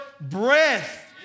breath